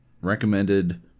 recommended